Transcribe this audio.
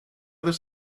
other